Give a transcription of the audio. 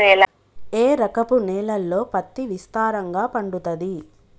ఏ రకపు నేలల్లో పత్తి విస్తారంగా పండుతది?